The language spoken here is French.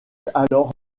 alors